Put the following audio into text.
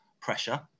pressure